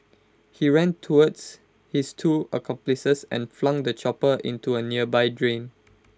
he ran towards his two accomplices and flung the chopper into A nearby drain